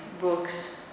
Books